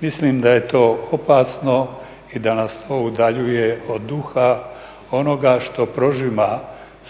Mislim da je to opasno i da nas to udaljuje od duha onoga što prožima